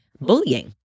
bullying